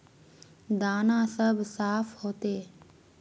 दाना सब साफ होते?